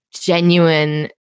genuine